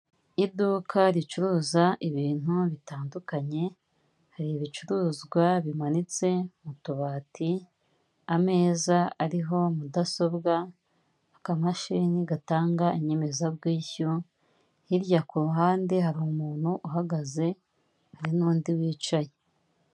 Iduka ricuruza ibintu bitandukanye, hari ibicuruzwa bimanitse mu tubati, ameza ariho mudasobwa, akamashini gatanga inyemezabwishyu, hirya ku ruhande hari umuntu uhagaze hari n'undi wicaye.